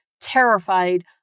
terrified